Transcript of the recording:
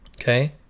Okay